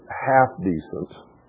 half-decent